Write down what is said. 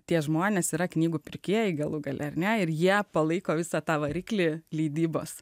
tie žmonės yra knygų pirkėjai galų gale ar ne ir jie palaiko visą tą variklį leidybos